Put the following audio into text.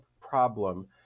problem